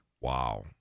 Wow